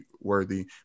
worthy